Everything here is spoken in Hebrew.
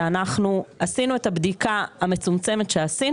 שעשינו את הבדיקה המצומצמת,